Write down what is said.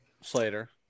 Slater